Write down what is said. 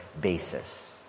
basis